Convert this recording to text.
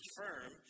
firm